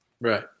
Right